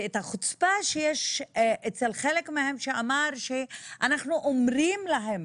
ואת החוצפה של חלק מהם שאמרו שהם אומרים להם